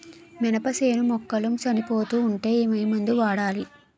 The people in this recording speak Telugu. మినప చేను మొక్కలు చనిపోతూ ఉంటే ఏమందు వాడాలి?